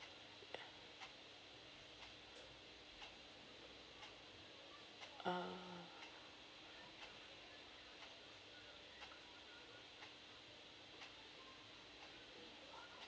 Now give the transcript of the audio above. ah